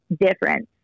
difference